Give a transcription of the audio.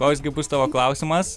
koks gi bus tavo klausimas